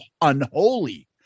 Unholy